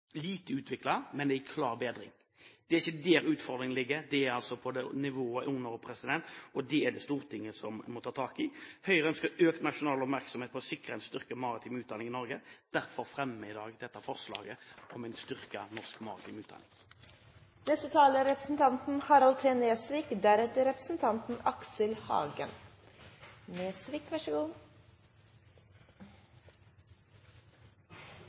i klar bedring. Det er ikke der utfordringen ligger, men på nivået under, og det er det Stortinget som må ta tak i. Høyre ønsker økt nasjonal oppmerksomhet for å sikre en styrket maritim utdanning i Norge. Derfor fremmer vi i dag dette forslaget om en styrket norsk maritim utdanning. Først av alt vil jeg si at jeg er meget skuffet over at statsråden inntar en så